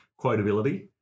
Quotability